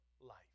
life